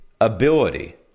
ability